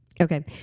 Okay